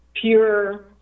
pure